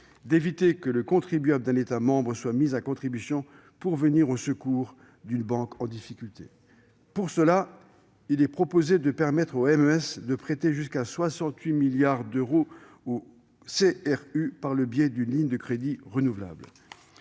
d'éviter que le contribuable d'un État membre soit mis à contribution pour venir au secours d'une banque en difficulté. C'est mieux ! Pour cela, il est proposé de permettre au MES de prêter jusqu'à 68 milliards d'euros au CRU par le biais d'une ligne de crédit renouvelable.